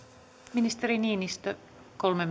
ministeri niinistö kolme